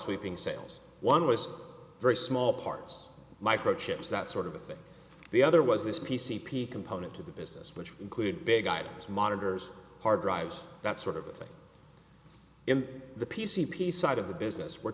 sweeping sales one was very small parts microchips that sort of thing the other was this p c p component to the business which include big items monitors hard drives that sort of thing in the p c b side of the business we're